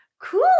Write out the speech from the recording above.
cool